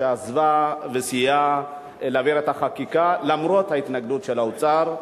שעזרה וסייעה להעביר את החקיקה למרות ההתנגדות של האוצר.